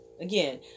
Again